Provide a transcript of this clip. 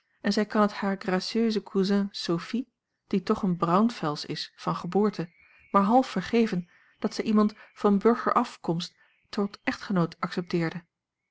en zij kan het hare gracieuse cousine sophie die toch eene braunfels is van geboorte maar half vergeven dat zij iemand van burgeraf komst tot echtgenoot accepteerde